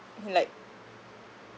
like